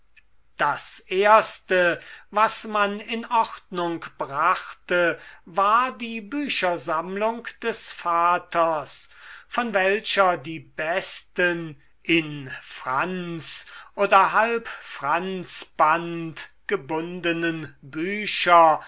das erste was man in ordnung brachte war die büchersammlung des vaters von welcher die besten in franz oder halbfranzband gebundenen bücher